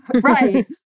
right